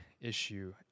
issue